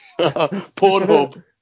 Pornhub